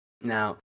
Now